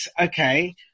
okay